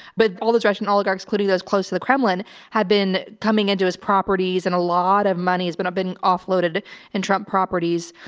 but all this russian oligarchs including those close to the kremlin had been coming into his properties and a lot of money's been, been offloaded and trump properties.